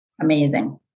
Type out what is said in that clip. amazing